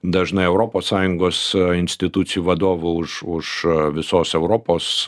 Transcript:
dažnai europos sąjungos institucijų vadovų už už visos europos